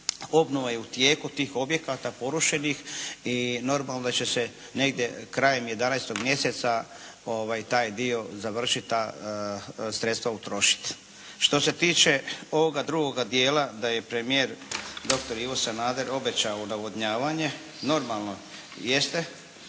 obnova je u tijeku bih objekata porušenih i normalno da će se negdje krajem 11. mjeseca taj dio završiti a sredstva utrošiti. Što se tiče ovoga drugoga dijela da je premijer doktor Ivo Sanader obećao navodnjavanje normalno jeste